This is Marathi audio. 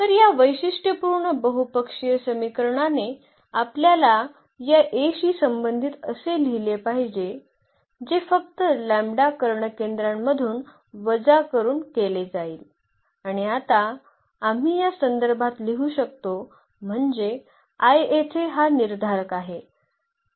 तर या वैशिष्ट्यपूर्ण बहुपक्षीय समीकरणाने आपल्याला या A शी संबंधित असे लिहिले पाहिजे जे फक्त कर्णकेंद्रांमधून वजा करून केले जाईल आणि आता आम्ही या संदर्भात लिहू शकतो म्हणजे I येथे हा निर्धारक आहे